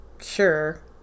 sure